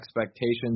expectations